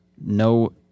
No